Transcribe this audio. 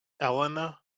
Elena